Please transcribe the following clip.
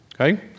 Okay